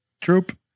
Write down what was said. Troop